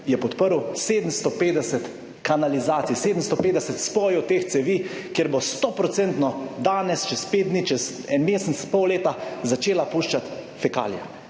je podprl 750 kanalizacij, 750 spojev teh cevi, kjer bo 10 0% danes, čez pet dni, čez en mesec, pol leta začela puščati fekalija.